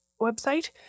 website